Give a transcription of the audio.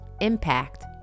impact